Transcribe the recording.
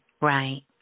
right